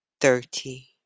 thirty